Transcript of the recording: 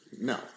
No